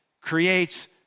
creates